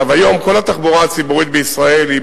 היום כל התחבורה הציבורית בישראל היא